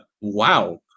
Wow